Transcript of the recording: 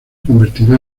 convertirá